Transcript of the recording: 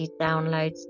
downloads